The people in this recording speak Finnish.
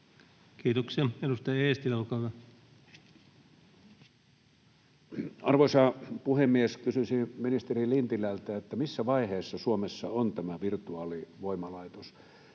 Time: 15:13 Content: Arvoisa puhemies! Kysyisin ministeri Lintilältä, missä vaiheessa Suomessa on tämä virtuaalivoimalaitos.